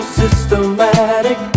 systematic